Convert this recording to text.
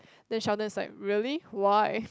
then Sheldon is like really why